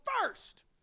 first